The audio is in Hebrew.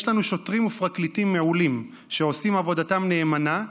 יש לנו שוטרים ופרקליטים מעולים שעושים עבודתם נאמנה,